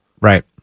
Right